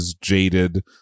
jaded